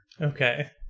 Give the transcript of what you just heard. Okay